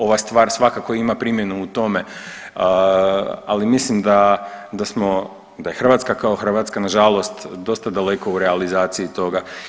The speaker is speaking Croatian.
Ova stvar svakako ima primjenu u tome, ali mislimo da, da je Hrvatska kao Hrvatska nažalost dosta daleko u realizaciji toga.